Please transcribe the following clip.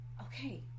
okay